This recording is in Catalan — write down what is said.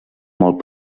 molt